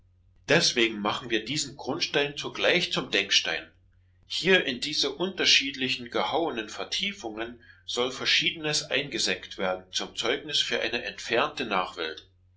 deswegen machen wir diesen grundstein zugleich zum denkstein hier in diese unterschiedlichen gehauenen vertiefungen soll verschiedenes eingesenkt werden zum zeugnis für eine entfernte nachwelt